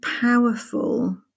powerful